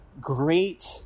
great